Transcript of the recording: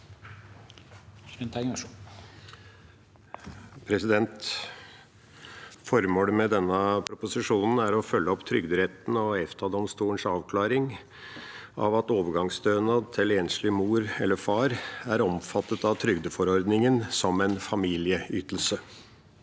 for saken): Formålet med denne proposisjonen er å følge opp trygderettens og EFTA-domstolens avklaring av at overgangsstønad til enslig mor eller far er omfattet av trygdeforordningen som en familieytelse.